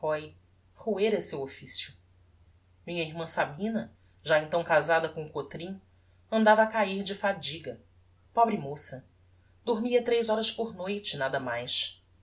o seu officio minha irmã sabina já então casada com o cotrim andava a cair de fadiga pobre moça dormia tres horas por noite nada mais